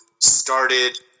started